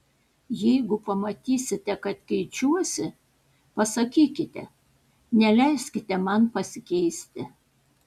jeigu pamatysite kad keičiuosi pasakykite neleiskite man pasikeisti